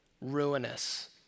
ruinous